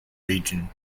region